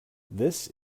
this